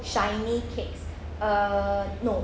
shiny cakes uh no